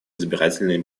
избирательные